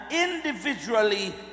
individually